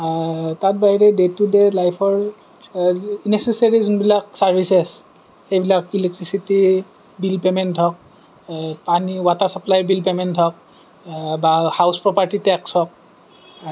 তাত বাৰু day to day লাইফৰ নেচেচেৰী যোনবিলাক চাৰ্ভিচেছ সেইবিলাক ইলেক্ট্ৰিচিটি বিল পেমেন্ট হওঁক পানী ৱাটাৰ ছাপ্লাই বিল পেমেন্ট হওঁক বা হাউচ প্ৰপাৰটি টেক্স হওঁক